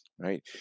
Right